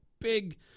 big